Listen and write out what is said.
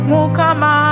Mukama